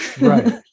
Right